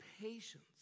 patience